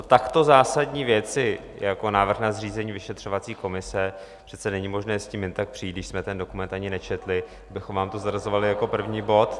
Takto zásadní věci jako návrh na zřízení vyšetřovací komise přece není možné s tím jen tak přijít, když jsme ten dokument ani nečetli, abychom vám to zařazovali jako první bod!